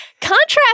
Contrast